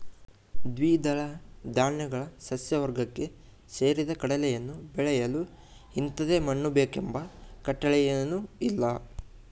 ದ್ವಿದಳ ಧಾನ್ಯಗಳ ಸಸ್ಯವರ್ಗಕ್ಕೆ ಸೇರಿದ ಕಡಲೆಯನ್ನು ಬೆಳೆಯಲು ಇಂಥದೇ ಮಣ್ಣು ಬೇಕೆಂಬ ಕಟ್ಟಳೆಯೇನೂಇಲ್ಲ